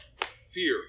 Fear